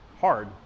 hard